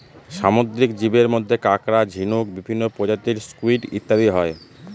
সামুদ্রিক জীবের মধ্যে কাঁকড়া, ঝিনুক, বিভিন্ন প্রজাতির স্কুইড ইত্যাদি হয়